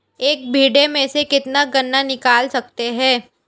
एक बीघे में से कितना गन्ना निकाल सकते हैं?